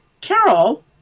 Carol